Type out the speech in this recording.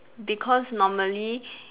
because normally